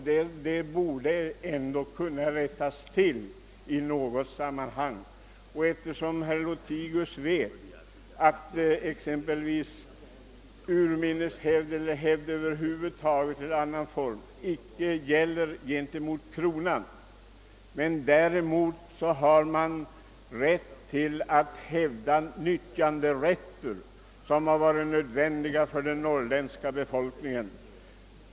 Detta borde ändå i något sammanhang kunna rättas till. Herr Lothigius vet att exempelvis urminnes hävd och hävd i annan form icke gäller gentemot kronan. Däremot har man rätt att hävda sådana nyttjanderätter som varit nödvändiga för den norrländska befolkningen.